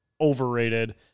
overrated